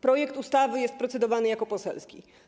Projekt ustawy jest procedowany jako poselski.